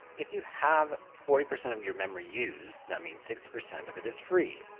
if you have forty percent of your memory used that means sixty percent of it is free.